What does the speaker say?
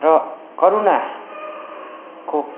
र करुणा को